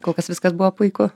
kol kas viskas buvo puiku